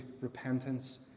repentance